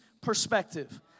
perspective